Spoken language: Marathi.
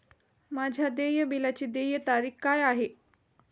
माझ्या देय बिलाची देय तारीख काय आहे?